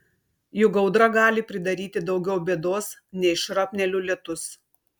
juk audra gali pridaryti daugiau bėdos nei šrapnelių lietus